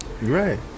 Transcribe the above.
Right